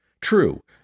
True